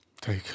Take